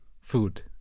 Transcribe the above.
food